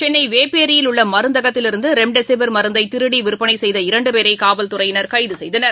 சென்னைப்பேரியில் உள்ளமருந்தகத்திலிருந்துரெம்டெசிவிர் மருந்தைதிருடிவிற்பனைசெய்த இரண்டுபேரைகாவல்துறையினர் கைதுசெய்தனர்